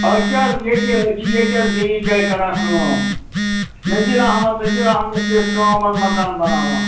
أسۍ چھِ اَز ییٚتہِ أسۍ چھِ ییٚتہِ اَز بیٚیِس جایہِ کَران کٲم نذیٖر احمد نذیٖد اَحمدَس پٮ۪ٹھ کام اَز مَکان بَناوان